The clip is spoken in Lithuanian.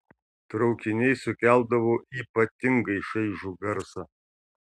traukiniai sukeldavo ypatingai šaižų garsą